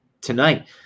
tonight